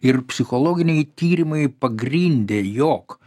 ir psichologiniai tyrimai pagrindė jog